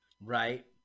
Right